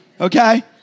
Okay